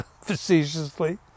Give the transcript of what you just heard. facetiously